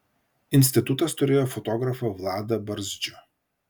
institutas turėjo fotografą vladą barzdžių